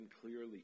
clearly